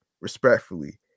respectfully